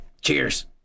Cheers